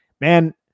Man